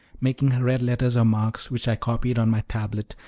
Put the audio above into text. making her red letters or marks, which i copied on my tablet,